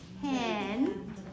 Ten